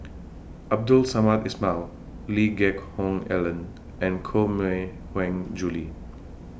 Abdul Samad Ismail Lee Geck Hoon Ellen and Koh Mui Hiang Julie